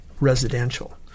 residential